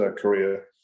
career